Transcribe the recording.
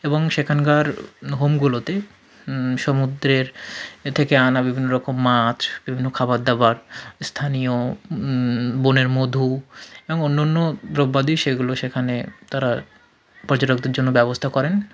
এবং সেখানকার হোমগুলোতে সমুদ্রের এ থেকে আনা বিভিন্ন রকম মাছ বিভিন্ন খাবার দাবার স্থানীয় বনের মধু এবং অন্য অন্য দ্রব্যাদি সেগুলো সেখানে তারা পর্যটকদের জন্য ব্যবস্থা করেন